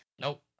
nope